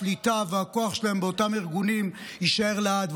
השליטה והכוח שלהם באותם ארגונים יישאר לעד.